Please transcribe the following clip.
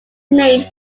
named